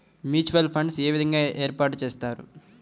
Mutual funds ఏ విధంగా ఏర్పాటు చేస్తారు?